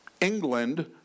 England